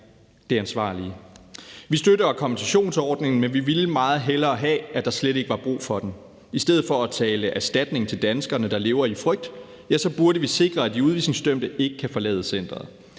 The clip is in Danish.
det ansvarlige. Vi støtter kompensationsordningen, men vi ville meget hellere have, at der slet ikke var brug for den. I stedet for at betale erstatning til danskere, der lever i frygt, burde vi sikre, at de udvisningsdømte ikke kan forlade centeret.